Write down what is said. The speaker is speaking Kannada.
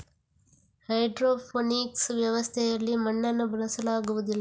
ಹೈಡ್ರೋಫೋನಿಕ್ಸ್ ವ್ಯವಸ್ಥೆಯಲ್ಲಿ ಮಣ್ಣನ್ನು ಬಳಸಲಾಗುವುದಿಲ್ಲ